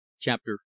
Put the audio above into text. Chapter